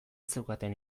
zeukaten